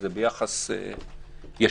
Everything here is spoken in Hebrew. זה ביחס ישיר,